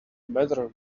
matter